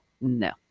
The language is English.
No